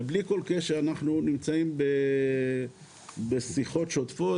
ובלי כל קשר אנחנו נמצאים בשיחות שותפות,